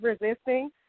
resisting